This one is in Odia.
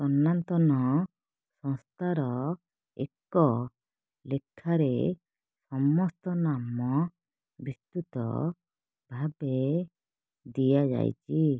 ସନାତନ ସଂସ୍ଥାର ଏକ ଲେଖାରେ ସମସ୍ତ ନାମ ବିସ୍ତୃତ ଭାବେ ଦିଆଯାଇଛି